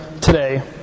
today